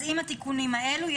אז עם התיקונים האלה.